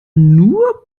nur